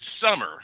summer